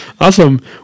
Awesome